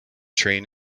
train